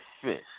fish